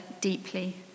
deeply